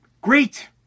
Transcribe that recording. Great